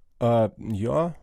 a jo